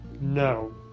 No